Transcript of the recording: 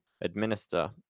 administer